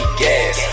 gas